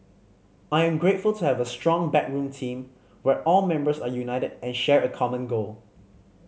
I am grateful to have a strong backroom team where all members are united and share a common goal